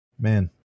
Man